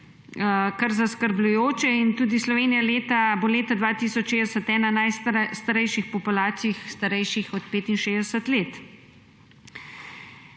kar zaskrbljujoče. Slovenija bo leta 2060 ena najstarejših populacij, starejših od 65 let.